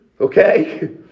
Okay